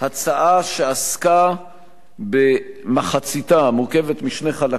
הצעה שמורכבת משני חלקים,